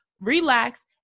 relax